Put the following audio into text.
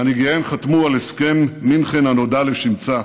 מנהיגיהן חתמו על הסכם מינכן הנודע לשמצה.